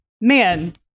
man